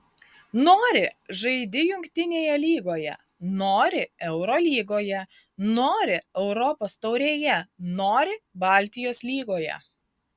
nori žaidi jungtinėje lygoje nori eurolygoje nori europos taurėje nori baltijos lygoje